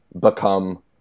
become